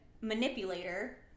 manipulator